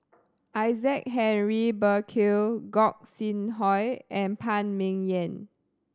Isaac Henry Burkill Gog Sing Hooi and Phan Ming Yen